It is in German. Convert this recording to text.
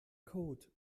code